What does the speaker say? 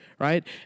Right